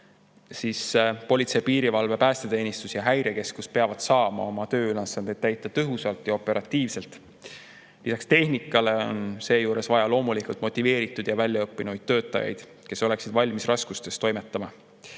politsei, piirivalve, päästeteenistus ja Häirekeskus saama oma tööülesandeid täita tõhusalt ja operatiivselt. Lisaks tehnikale on seejuures loomulikult vaja motiveeritud ja väljaõppinud töötajaid, kes oleksid valmis raskustest hoolimata